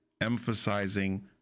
emphasizing